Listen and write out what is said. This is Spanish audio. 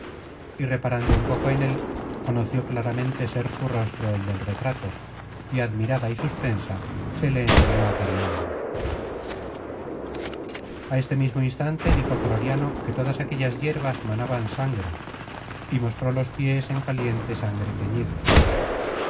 y reparando un poco en él conoció claramente ser su rostro el del retrato y admirada y suspensa se le enseñó á periandro a este mismo instante dijo croriano que todas aquellas yerbas manaban sangre y mostró los piés en caliente sangre teñidos